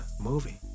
movie